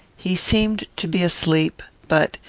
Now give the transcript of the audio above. he seemed to be asleep but,